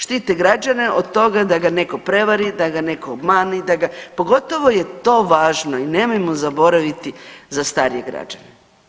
Štite građane od toga da ga neko prevari, da ga neko obmani, pogotovo je to važno i nemojmo zaboraviti za starije građane.